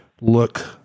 look